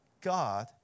God